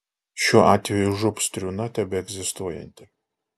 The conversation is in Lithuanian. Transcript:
šiuo atveju žūb striūna tebeegzistuojanti